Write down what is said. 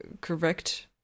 correct